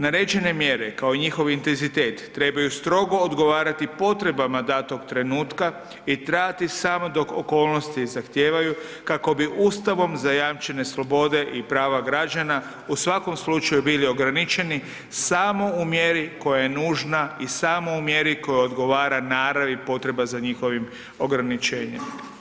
Naređene mjere, kao i njihov intenzitet trebaju strogo odgovarati potrebama datog trenutka i trajati samo dok okolnosti zahtijevaju, kako bi Ustavom zajamčene slobode i prava građana u svakom slučaju bili ograničeni samo u mjeri koja je nužna i samo u mjeri koja odgovara naravi potrebe za njihovim ograničenjem.